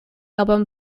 album